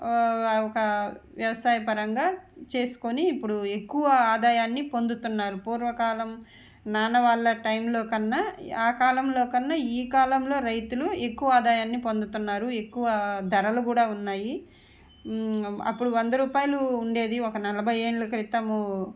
ఒక వ్యవసాయపరంగా చేసుకొని ఇప్పుడు ఎక్కువ ఆదాయాన్ని పొందుతున్నారు పూర్వకాలం నాన్న వాళ్ళ టైంలో కన్నా ఆ కాలంలో కన్నా ఈ కాలంలో రైతులు ఎక్కువ ఆదాయాన్ని పొందుతున్నారు ఎక్కువ ధరలు కూడా ఉన్నాయి అప్పుడు వంద రూపాయలు ఉండేది ఒక నలభై ఏళ్ళ క్రితము